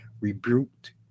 rebuked